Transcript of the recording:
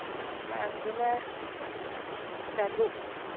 ꯈꯥꯡꯗꯨꯅ ꯆꯥꯇ꯭ꯔꯨꯛ